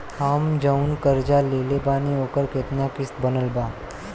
हम जऊन कर्जा लेले बानी ओकर केतना किश्त बनल बा?